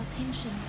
attention